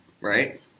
right